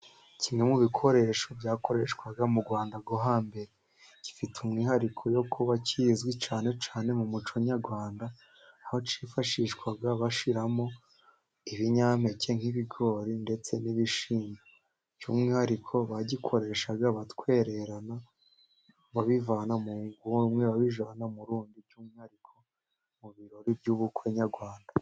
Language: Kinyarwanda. Kimwe mu bikoresho byakoreshwaga mu Rwanda rwo hambere, gifite umwihariko wo kuba kizwi cyane cyane mu muco nyarwanda, aho cyifashishwaga bashyiramo ibinyampeke nk'ibigori ndetse n'ibishyimbo. By'umwihariko bagikoreshaga batwererana, babivana mu rugo rumwe babijyana mu rundi, by'umwihariko mu birori by'ubukwe nyarwanda.